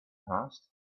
passed